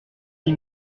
six